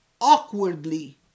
awkwardly